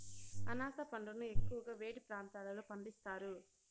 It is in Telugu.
అనాస పండును ఎక్కువగా వేడి ప్రాంతాలలో పండిస్తారు